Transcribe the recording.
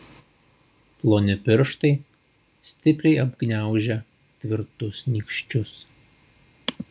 ploni pirštai stipriai apgniaužę tvirtus nykščius